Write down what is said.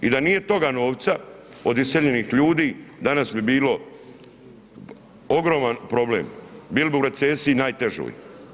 I da nije toga novca od iseljenih ljudi danas bi bilo ogroman problem, bili bi u recesiji najtežoj.